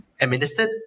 administered